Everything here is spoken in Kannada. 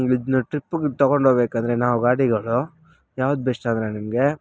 ಇದನ್ನ ಟ್ರಿಪ್ಪಿಗೆ ತಗೊಂಡೋಗ್ಬೇಕಂದರೆ ನಾವು ಗಾಡಿಗಳು ಯಾವ್ದು ಬೆಸ್ಟ್ ಅಂದರೆ ನಿಮಗೆ